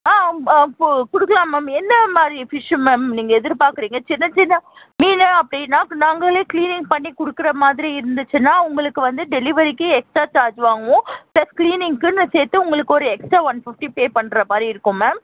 ஆ கொடுக்கலாம் மேம் எந்தமாதிரி fish ma'am நீங்கள் எதிர்பார்க்குறீங்க சின்ன சின்ன மீன் அப்படினா அப்போ நாங்களே கிளீனிங் பண்ணி கொடுக்கிற மாதிரி இருந்துச்சுனா உங்களுக்கு வந்து டெலிவரிக்கு எக்ஸ்ட்ரா சார்ஜ் வாங்குவோம் ப்ளஸ் கிளீனிங்குக்குனு சேர்த்து உங்களுக்கு ஒரு எக்ஸ்ட்ரா ஒரு ஃபிப்டி பே பண்ணுற மாதிரி இருக்கும் மேம்